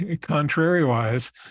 contrary-wise